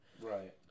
Right